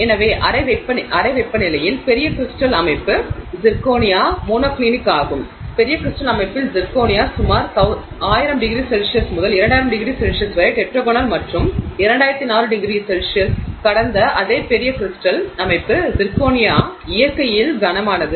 எனவே அறை வெப்பநிலையில் பெரிய கிரிஸ்டல் அமைப்பு சிர்கோனியா மோனோக்ளினிக் ஆகும் பெரிய கிரிஸ்டல் அமைப்பில் சிர்கோனியா சுமார் 1000 ºC முதல் 2000ºC வரை டெட்ராகோனல் மற்றும் 2400 ºC கடந்த அதே பெரிய கிரிஸ்டல் அமைப்பு சிர்கோனியா இயற்கையில் கனமானது